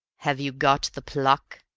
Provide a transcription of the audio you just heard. have you got the pluck?